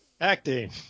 Acting